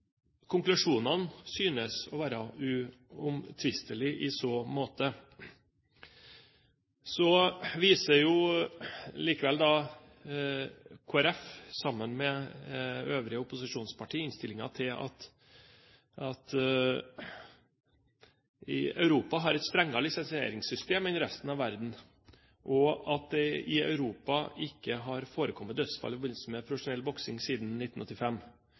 Konklusjonene synes å være uomtvistelige i så måte. Så viser likevel Kristelig Folkeparti, sammen med medlemmer fra øvrige opposisjonspartier, i innstillingen til at Europa har et strengere lisensieringssystem enn resten av verden, og at det i Europa ikke har forekommet dødsfall i forbindelse med profesjonell boksing siden 1985.